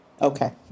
Okay